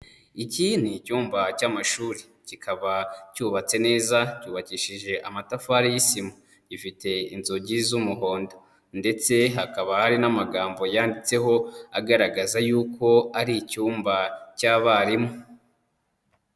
Iki ni icyumba cy'amashuri kikaba cyubatse neza, cyubakishije amatafari y'isima. Gifite inzugi z'umuhondo ndetse hakaba hari n'amagambo yanditseho agaragaza yuko ari icyumba cy'abarimu.